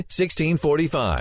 1645